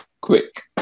quick